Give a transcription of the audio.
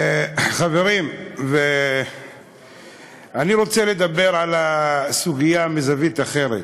חברים, אני רוצה לדבר על הסוגיה מזווית אחרת.